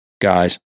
Guys